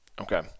Okay